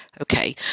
okay